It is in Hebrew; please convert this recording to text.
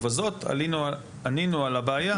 ובזאת ענינו על הבעיה